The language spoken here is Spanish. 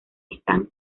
están